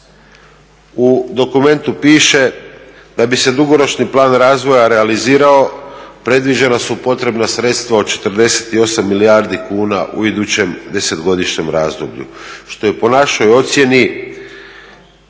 U dokumentu piše da bi se dugoročni plan razvoja realizirao predviđena su potrebna sredstva od 48 milijardi kuna u idućem deset godišnjem razdoblju što je po našoj ocjeni